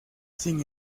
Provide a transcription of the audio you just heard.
sin